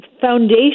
foundation